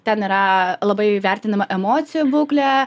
ten yra labai vertinama emocijų būklė